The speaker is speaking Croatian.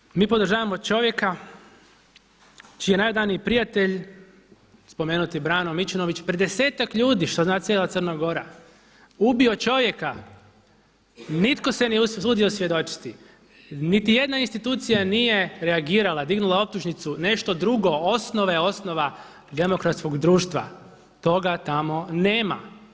Nadalje, mi podržavamo čovjeka čiji je najodaniji prijatelj, spomenuti Brano Mičinović pred 10-ak ljudi, što zna cijela Crna Gora, ubio čovjeka i nitko se nije usudio svjedočiti, niti jedna institucija nije reagirala, dignula optužnicu, nešto drugo, osnovne osnova demokratskog društva, toga tamo nema.